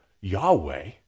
Yahweh